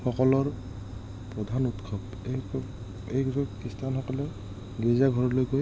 সকলৰ প্ৰধান উৎসৱ এই উৎসৱ এই উৎসৱ খ্ৰীষ্টানসকলে গীৰ্জা ঘৰলৈ গৈ